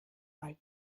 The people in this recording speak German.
bald